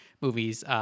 movies